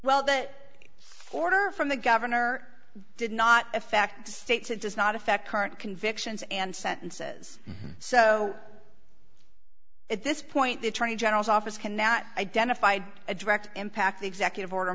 well that order from the governor did not affect the states it does not affect current convictions and sentences so at this point the attorney general's office cannot identify a direct impact the executive order